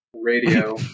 radio